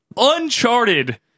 uncharted